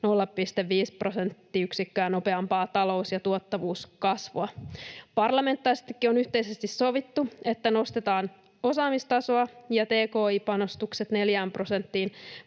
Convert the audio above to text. prosenttiyksikköä nopeampaa talous- ja tuottavuuskasvua. Parlamentaarisestikin on yhteisesti sovittu, että nostetaan osaamistasoa ja tki-panostukset